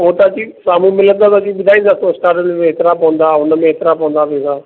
हो त अची साम्हूं मिलंदव त अची ॿुधाईंदासीं एतिरा पवंदा हुनमें एतिरा पवंदा